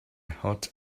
heart